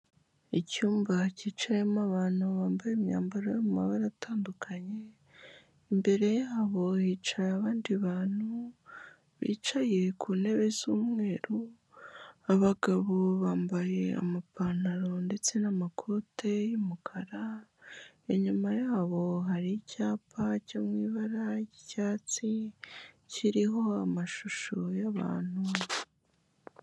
Icyumba cyicayemo abantu bambaye imyambaro yo mu mabara atandukanye, imbere yabo hicaye abandi bantu bicaye ku ntebe z'umweru, abagabo bambaye amapantaro ndetse n'amakote y'umukara, inyuma yabo hari icyapa cyo mu ibara ry'icyatsi, kiriho amashusho y'abantu.